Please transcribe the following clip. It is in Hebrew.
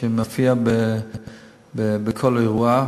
שמופיע בכל אירוע,